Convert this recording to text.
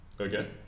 Okay